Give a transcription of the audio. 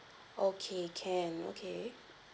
okay can okay